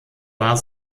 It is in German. war